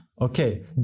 Okay